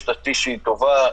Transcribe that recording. יש תשתית טובה.